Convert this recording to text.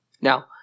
Now